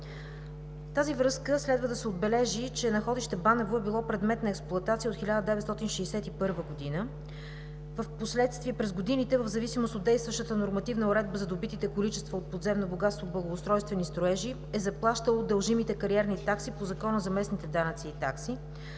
тази връзка следва да се отбележи, че находище „Банево“ е било предмет на експлоатация от 1961 г. Впоследствие, през годините в зависимост от действащата нормативна уредба, за добитите количества от подземни богатства „Благоустройствени строежи“ е заплащало дължимите кариерни такси по Закона за местните данъци и такси.